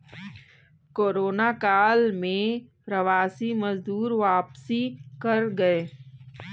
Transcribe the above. corona काल में प्रवासी मजदूर वापसी कर गए